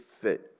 fit